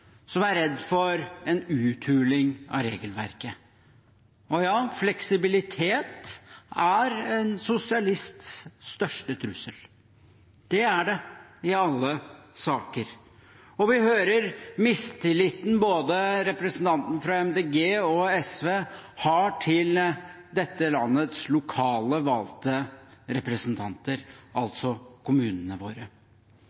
som er redd for en uthuling av regelverket. Ja, fleksibilitet er en sosialists største trussel. Det er det i alle saker. Vi hører mistilliten representanter fra både Miljøpartiet De Grønne og SV har til dette landets lokalt valgte representanter,